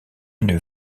une